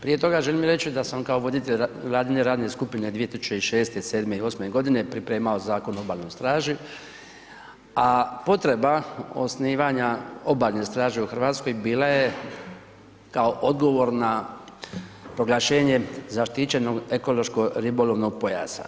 Prije toga želim reći da sam kao voditelj vladine radne skupine 2006., '07. i '08.g. pripremao Zakon o obalnoj straži, a potreba osnivanja obalne straže u RH bila je kao odgovor na proglašenje zaštićenog ekološko ribolovnog pojasa.